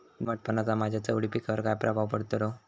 दमटपणाचा माझ्या चवळी पिकावर काय प्रभाव पडतलो?